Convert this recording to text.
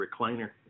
recliner